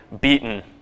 beaten